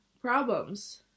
problems